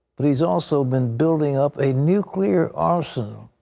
but he has also been building up a nuclear arsenal,